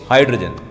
Hydrogen